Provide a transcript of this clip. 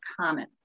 common